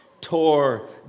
tore